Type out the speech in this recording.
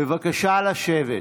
בבקשה לשבת.